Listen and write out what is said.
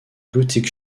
boutique